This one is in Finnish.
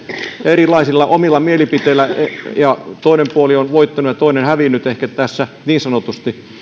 erilaisilla omilla mielipiteillä toinen puoli on voittanut ja toinen ehkä tässä niin sanotusti